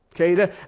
Okay